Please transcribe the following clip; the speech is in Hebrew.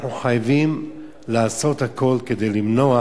אנחנו חייבים לעשות הכול כדי למנוע